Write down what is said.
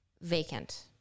vacant